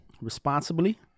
Responsibly